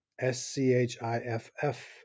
S-C-H-I-F-F